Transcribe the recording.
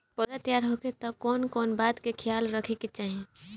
पौधा तैयार होखे तक मे कउन कउन बात के ख्याल रखे के चाही?